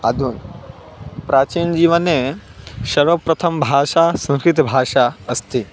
अधुना प्राचीन जीवने सर्व प्रथमं भाषा संस्कृतभाषा अस्ति